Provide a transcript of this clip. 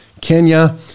Kenya